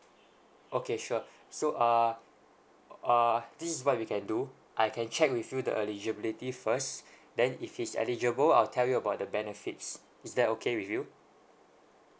okay sure so uh uh this is what we can do I can check with you the eligibility first then if he's eligible I'll tell you about the benefits is that okay with you